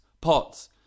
pots